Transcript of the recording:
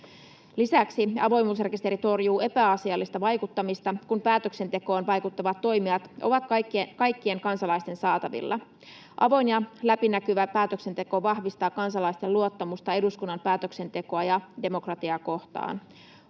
Lisäksi avoimuusrekisteri torjuu epäasiallista vaikuttamista, kun päätöksentekoon vaikuttavat toimijat ovat kaikkien kansalaisten saatavilla. Avoin ja läpinäkyvä päätöksenteko vahvistaa kansalaisten luottamusta eduskunnan päätöksentekoa ja demokratiaa kohtaan.